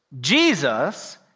Jesus